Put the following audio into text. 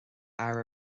fhearadh